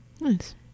nice